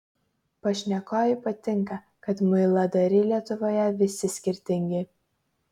pašnekovei patinka kad muiladariai lietuvoje visi skirtingi